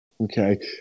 okay